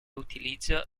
utilizzo